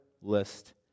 list